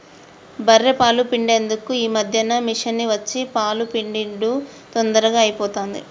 బఱ్ఱె పాలు పిండేందుకు ఈ మధ్యన మిషిని వచ్చి పాలు పిండుడు తొందరగా అయిపోతాంది